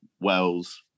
Wells